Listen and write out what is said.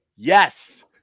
Yes